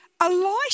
Elisha